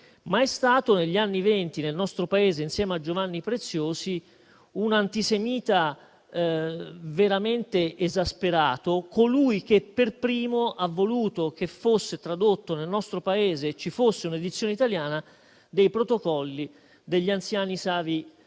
ma negli anni Venti nel nostro Paese, insieme a Giovanni Preziosi, è stato un antisemita veramente esasperato, che per primo ha voluto che fosse tradotto nel nostro Paese e ci fosse un'edizione italiana dei «Protocolli dei savi anziani di Sion».